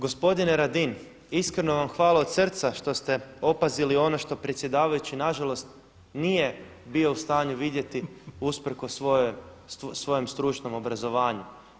Gospodine Radin, iskreno vam hvala od srca što ste opazili ono što predsjedavajući nažalost nije bio u stanju vidjeti usprkos svojem stručnom obrazovanju.